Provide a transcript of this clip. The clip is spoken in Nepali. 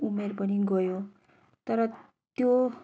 उमेर पनि गयो तर त्यो